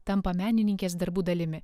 tampa menininkės darbų dalimi